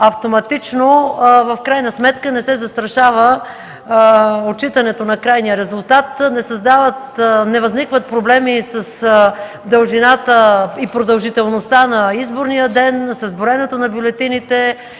автоматично, в крайна сметка не се застрашава отчитането на крайния резултат. Не възникват проблеми с дължината и продължителността на изборния ден, с броенето на бюлетините,